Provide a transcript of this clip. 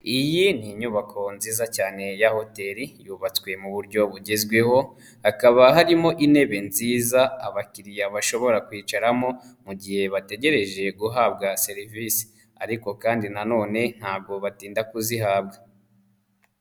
Iyi ni inyubako nziza cyane ya hoteli yubatswe mu buryo bugezweho, hakaba harimo intebe nziza abakiriya bashobora kwicaramo mu gihe bategereje guhabwa serivisi ariko kandi nanone ntabwo batinda kuzihabwa.